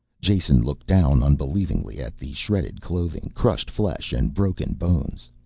jason looked down unbelievingly at the shredded clothing, crushed flesh and broken bones.